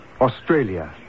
Australia